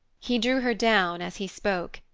he drew her down as he spoke,